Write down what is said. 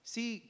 See